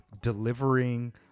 delivering